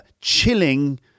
chilling